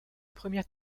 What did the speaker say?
première